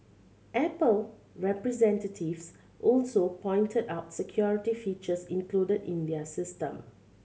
Apple representatives also pointed out security features included in their system